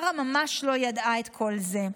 מארה ממש לא ידעה את כל זה.